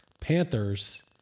Panthers